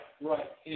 right